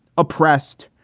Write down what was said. oppressed,